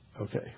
Okay